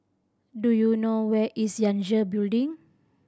do you know where is Yangtze Building